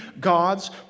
God's